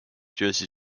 jersey